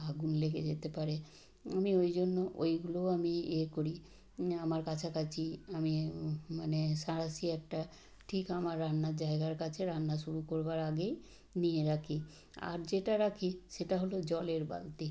আগুন লেগে যেতে পারে আমি ওই জন্য ওইগুলোও আমি ইয়ে করি আমার কাছাকাছি আমি মানে সাঁড়াশি একটা ঠিক আমার রান্নার জায়গার কাছে রান্না শুরু করবার আগেই নিয়ে রাখি আর যেটা রাখি সেটা হলো জলের বালতি